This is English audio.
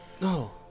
No